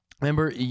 Remember